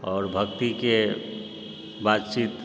आओर भक्तिके बातचीत